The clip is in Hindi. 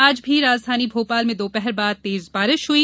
आज भी राजधानी भोपाल में दोपहर बाद तेज बारिश हुई